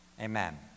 Amen